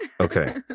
Okay